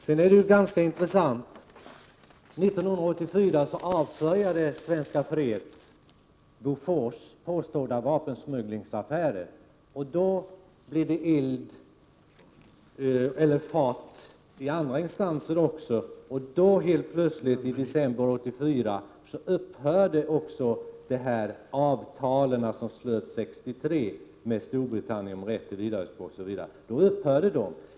Vidare är det ganska intressant att Svenska Freds 1984 avslöjade Bofors påstådda vapensmugglingsaffärer. Då blev det fart på andra instanser också. Men helt plötsligt i december 1984 upphörde det avtal som slöts 1963 med Storbritannien om rätten till vidareexport osv.